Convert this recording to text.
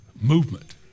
movement